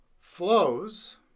flows